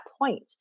point